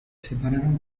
separaron